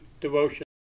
devotion